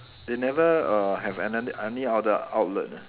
they never err have anoth~ any other outlet ah